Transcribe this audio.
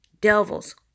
devils